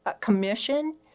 commission